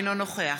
אינו נוכח